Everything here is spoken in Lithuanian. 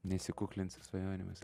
nesikuklint su svajonėmis